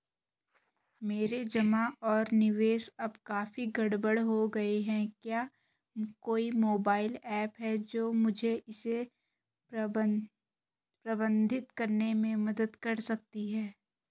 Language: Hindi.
मेरे जमा और निवेश अब काफी गड़बड़ हो गए हैं क्या कोई मोबाइल ऐप है जो मुझे इसे प्रबंधित करने में मदद कर सकती है?